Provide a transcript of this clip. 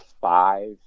five